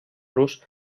los